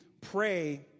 pray